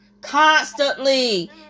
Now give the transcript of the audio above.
constantly